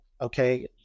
okay